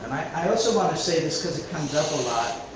i also want to say this because it comes up a lot.